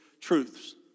truths